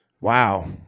Wow